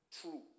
true